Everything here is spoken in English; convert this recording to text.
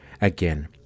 Again